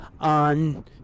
on